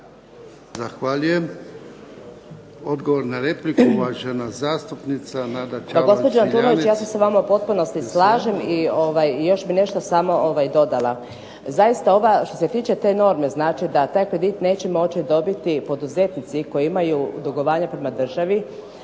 Zahvaljujem. Odgovor na repliku uvažena zastupnica Nadica Jelaš.